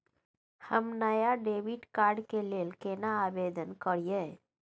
हम नया debit card के लेल केना आवेदन करियै?